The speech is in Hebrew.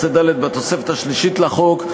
19(ד) בתוספת השלישית לחוק,